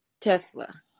Tesla